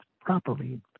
properly